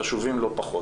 חשובים לא פחות.